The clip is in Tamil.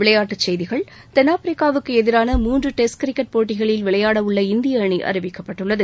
விளையாட்டுச் செய்கிகள் தென்னாப்பிரிக்கா வுக்கு எதிரான மூன்று டெஸ்ட் கிரிக்கெட் போட்டிகளில் விளையாட உள்ள இந்திய அணி அறிவிக்கப்பட்டுள்ளது